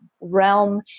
realm